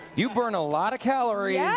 you burn a lot of calories yeah